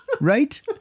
right